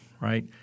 right